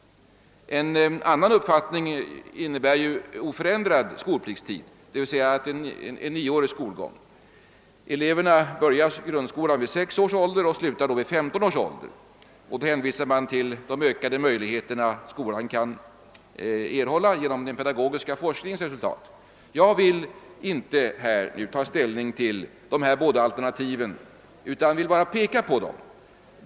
Eh annan uppfattning är att skolpliktstiden ändå skulle vara oförändrad, d. v. s. skolgången skulle vara nioårig. Eleverna börjar då grundskolan vid sex års ålder och slutar vid 15 års ålder. De som anser detta hänvisar till de ökade möjligheter som skolan kan erhålla genom den pedagogiska forskningens resultat. Jag vill inte ta ställning till dessa båda alternativ, utan vill bara fästa uppmärksamheten på dem.